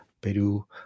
Peru